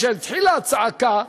אבל כשהתחילה הצעקה,